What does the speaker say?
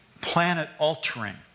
planet-altering